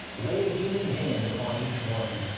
lay a healing hand upon each one.